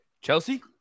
Chelsea